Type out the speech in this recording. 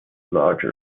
large